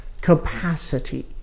capacity